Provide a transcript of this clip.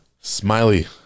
Smiley